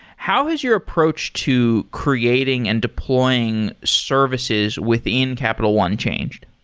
how has your approach to creating and deploying services within capital one changed?